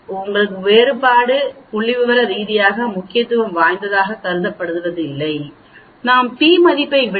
எனவே வழக்கமாக வேறுபாடு புள்ளிவிவர ரீதியாக முக்கியத்துவம் வாய்ந்ததாக கருதப்படுவதில்லை ஏனெனில் p மதிப்பு 0